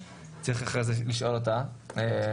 צריך אחרי זה לשאול את טל מזרחי,